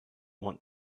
want